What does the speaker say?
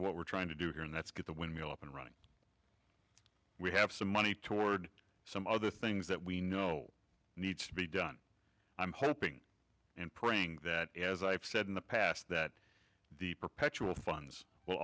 what we're trying to do here and that's get the windmill up and running we have some money toward some other things that we know needs to be done i'm hoping and praying that as i've said in the past that the perpetual funds will